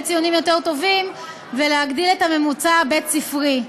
ציונים יותר טובים ולהגדיל את הממוצע הבית-ספרי.